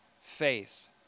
faith